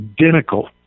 identical